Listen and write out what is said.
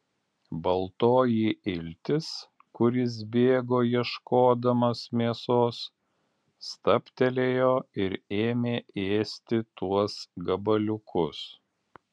baltoji iltis kuris bėgo ieškodamas mėsos stabtelėjo ir ėmė ėsti tuos gabaliukus